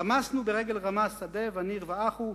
רמסנו ברגל רמה שדה וניר ואחו.